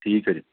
ਠੀਕ ਹੈ ਜੀ